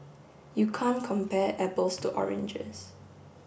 you can't compare apples to oranges